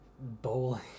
bowling